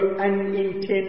unintended